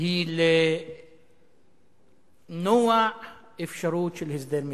היא למנוע אפשרות של הסדר מדיני.